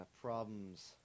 problems